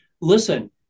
listen